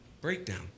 breakdown